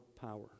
power